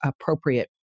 appropriate